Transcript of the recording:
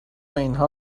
اینها